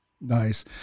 Nice